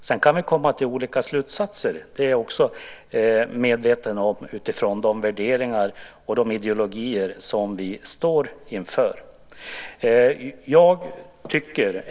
Sedan kan vi komma till olika slutsatser, det är jag också medveten om, utifrån de värderingar och de ideologier som vi står för.